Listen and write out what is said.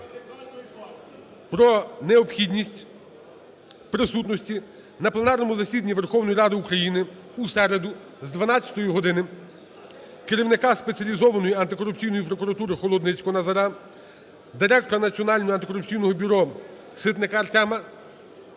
про необхідність присутності на пленарному засіданні Верховної Ради України у середу з 12 години керівника Спеціалізованої антикорупційної прокуратури Холоницького Назара, директора Національного антикорупційного бюро Ситника Артема.